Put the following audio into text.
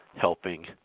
helping